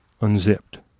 unzipped